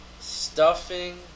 stuffing